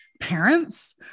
parents